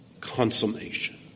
consummation